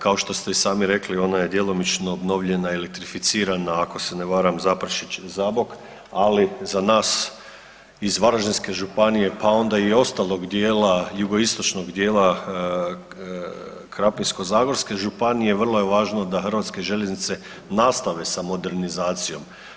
Kao što ste i sami rekli ona je djelomično obnovljena, elektrificirana ako se ne varam Zaprešić-Zabok, ali za nas iz Varaždinske županije pa onda i ostalog dijela, jugoistočnog dijela Krapinsko-zagorske županije vrlo je važno da HŽ nastavi sa modernizacijom.